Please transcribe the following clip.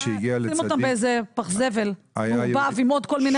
נשים אותם באיזה פח זבל מעורבב עם עוד כל מיני חוסים אחרים.